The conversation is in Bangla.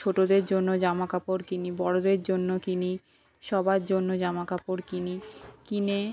ছোটোদের জন্য জামাকাপড় কিনি বড়োদের জন্য কিনি সবার জন্য জামাকাপড় কিনি কিনে